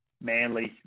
manly